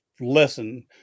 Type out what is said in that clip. lesson